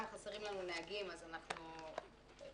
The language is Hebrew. גם חסרים לנו נהגים, אז אנחנו רוצים